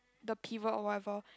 the pivot whatever